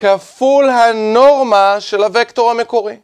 כפול הנורמה של הוקטור המקורי.